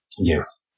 Yes